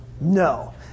No